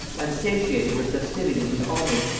unsatiated with festivities and homage,